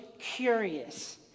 curious